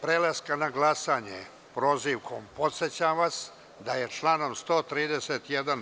Pre prelaska glasanja prozivkom, podsećam vas da je članom 131.